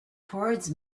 towards